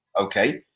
okay